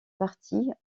parties